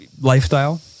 lifestyle